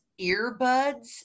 earbuds